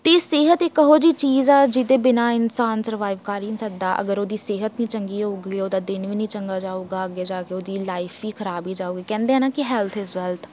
ਅਤੇ ਸਿਹਤ ਇੱਕ ਇਹੋ ਜਿਹੀ ਚੀਜ਼ ਆ ਜਿਹਦੇ ਬਿਨਾਂ ਇਨਸਾਨ ਸਰਵਾਈਵ ਕਰ ਹੀ ਨਹੀਂ ਸਕਦਾ ਅਗਰ ਉਹਦੀ ਸਿਹਤ ਨਹੀਂ ਚੰਗੀ ਹੋਵੇਗੀ ਉਹਦਾ ਦਿਨ ਵੀ ਨਹੀਂ ਚੰਗਾ ਜਾਵੇਗਾ ਅੱਗੇ ਜਾ ਕੇ ਉਹਦੀ ਲਾਈਫ ਹੀ ਖਰਾਬ ਹੀ ਜਾਵੇਗੀ ਕਹਿੰਦੇ ਆ ਨਾ ਕਿ ਹੈਲਥ ਇਜ ਵੈਲਥ